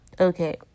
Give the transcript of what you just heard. okay